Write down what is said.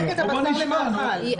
בוא נשמע, נו.